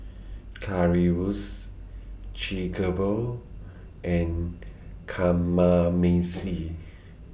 Currywurst and Kamameshi